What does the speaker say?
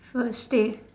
first thing